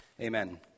Amen